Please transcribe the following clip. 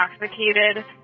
intoxicated